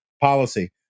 policy